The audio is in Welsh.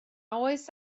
oes